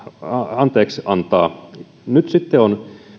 antaa anteeksi nyt sitten on